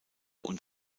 und